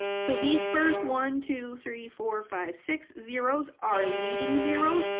so these first one two three four five six zeroes are leading zeroes,